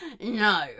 No